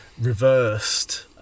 reversed